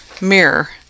Mirror